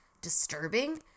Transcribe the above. disturbing